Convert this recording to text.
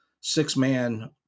six-man